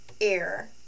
Air